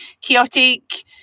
chaotic